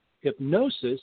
hypnosis